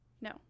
No